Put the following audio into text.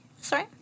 sorry